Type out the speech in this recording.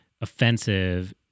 offensive